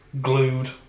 glued